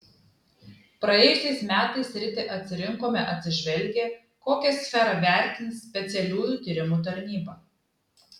praėjusiais metais sritį atsirinkome atsižvelgę kokią sferą vertins specialiųjų tyrimų tarnyba